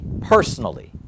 personally